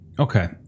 Okay